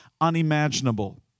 unimaginable